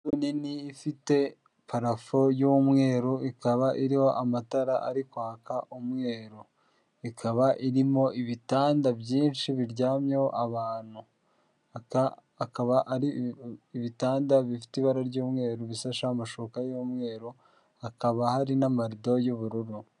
Inzu nini, ifite parafo y'umweru, ikaba iriho amatara ari kwaka umweru, ikaba irimo ibitanda byinshi biryamyeho abantu, akaba ari ibitanda bifite ibara ry'umweru, bisasheho amashuka y'umweru, hakaba hari n'amarido y'ubururu.